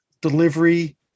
delivery